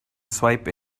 swipe